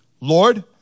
Lord